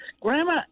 Grandma